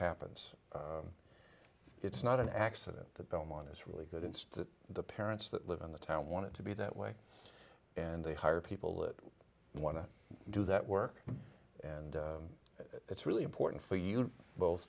happens it's not an accident that belmont is really good it's the parents that live in the town want to be that way and they hire people that want to do that work and it's really important for you both